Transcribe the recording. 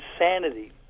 insanity